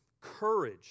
courage